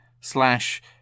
slash